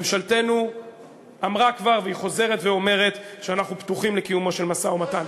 ממשלתנו אמרה כבר והיא חוזרת ואומרת שאנחנו פתוחים לקיומו של משא-ומתן.